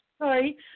Sorry